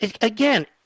again